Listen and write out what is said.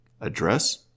address